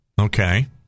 Okay